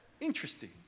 Interesting